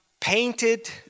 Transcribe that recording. painted